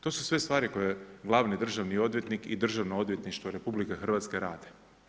To su sve stvari koje glavni državni odvjetnik i državno odvjetništvo RH rade.